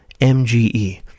MGE